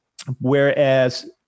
Whereas